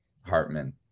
Hartman